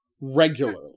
regularly